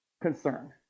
concern